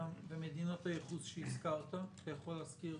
ומדינות הייחוס שהזכרת, אתה יכול להזכיר